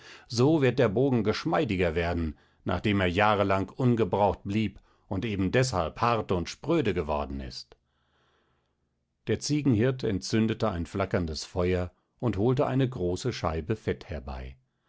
so wird der bogen geschmeidiger werden nachdem er jahrelang ungebraucht blieb und eben deshalb hart und spröde geworden ist der ziegenhirt entzündete ein flackerndes feuer und holte eine große scheibe fett herbei